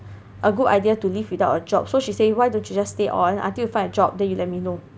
a good idea to leave without a job so she say why don't you just stay on until find a job then you let me know